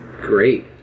Great